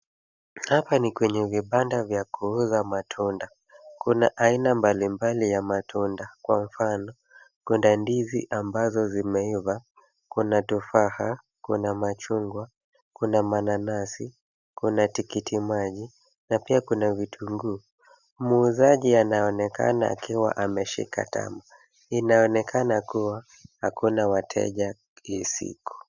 Hapa ni kwenye vibanda vya kuuza matunda. Kuna aina mbalimbali ya matunda. Kwa mfano kuna ndizi ambazo zimeiva, kuna tufaha, kuna machungwa, kuna mananasi, kuna tikiti maji na pia kuna vitunguu. Muuzaji anaonekana akiwa ameshika tama. Inaonekana kuwa hakuna wateja hii siku.